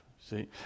See